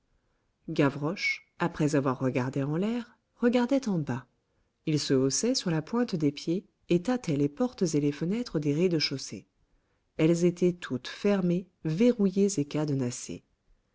gavroche après avoir regardé en l'air regardait en bas il se haussait sur la pointe des pieds et tâtait les portes et les fenêtres des rez-de-chaussée elles étaient toutes fermées verrouillées et cadenassées